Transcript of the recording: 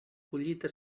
collita